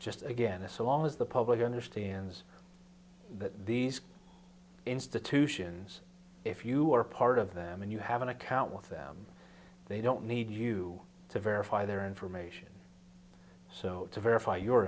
just again this so long as the public understands that these institutions if you are part of them and you have an account with them they don't need you to verify their information so to verify your